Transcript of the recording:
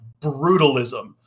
brutalism